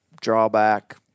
drawback